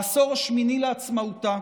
בעשור השמיני לעצמאותה